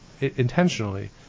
intentionally